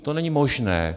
To není možné!